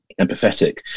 empathetic